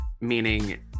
meaning